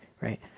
right